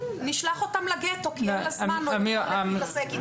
נשלח אותם לגטו כי אין לה זמן להתעסק איתם.